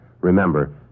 Remember